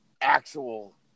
actual